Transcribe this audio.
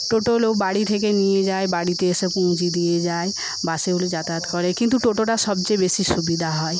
টোটোগুলো বাড়ি থেকে নিয়ে যায় বাড়িতে এসে পৌঁছে দিয়ে যায় বাসগুলো যাতায়াত করে কিন্তু টোটোটা সবচেয়ে বেশী সুবিধা হয়